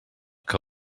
que